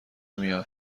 میاد